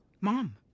Mom